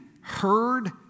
heard